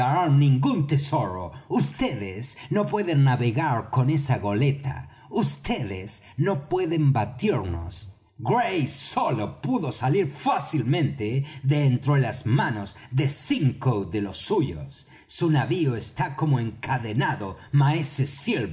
ningún tesoro vds no pueden navegar con esa goleta vds no pueden batirnos gray solo pudo salir fácilmente de entre las manos de cinco de los suyos su navío está como encadenado maese